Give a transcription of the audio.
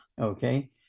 Okay